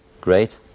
great